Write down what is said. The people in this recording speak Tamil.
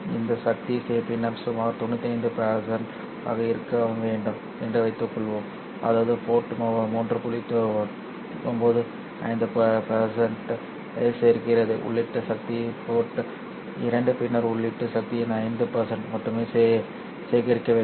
சரி இந்த சக்தி பின்னம் சுமார் 95 ஆக இருக்க வேண்டும் என்று வைத்துக்கொள்வோம் அதாவது போர்ட் 3 95 ஐ சேகரிக்கிறது உள்ளீட்டு சக்தி போர்ட் 2 பின்னர் உள்ளீட்டு சக்தியின் 5 மட்டுமே சேகரிக்க வேண்டும்